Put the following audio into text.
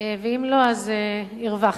ואם לא, אז הרווחת,